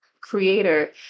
creator